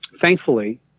thankfully